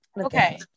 Okay